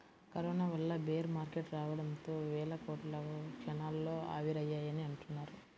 corona వల్ల bear market రావడంతో వేల కోట్లు క్షణాల్లో ఆవిరయ్యాయని అంటున్నారు